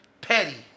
Petty